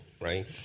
right